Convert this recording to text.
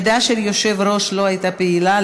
העמדה של היושב-ראש לא הייתה פעילה,